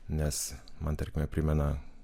nes man tarkime primena